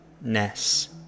Ness